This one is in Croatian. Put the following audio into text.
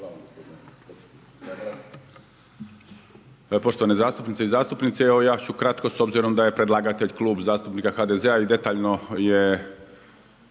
Hvala